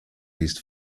least